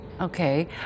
Okay